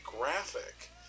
graphic